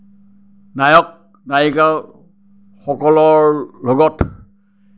নায়ক নায়িকাসকলৰ লগত